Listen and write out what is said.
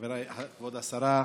כבוד השרה,